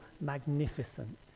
magnificent